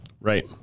Right